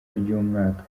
ry’umwaka